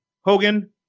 Hogan